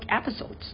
episodes